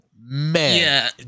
man